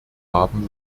haben